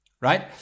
right